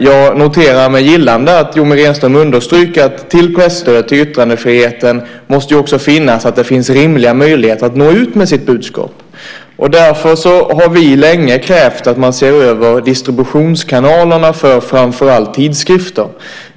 Jag noterar med gillande att Yoomi Renström understryker att förutom presstödet och yttrandefriheten måste det också finnas rimliga möjligheter att nå ut med sitt budskap. Därför har vi länge krävt att man ser över distributionskanalerna för framför allt tidskrifter.